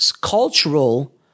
cultural